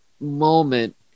moment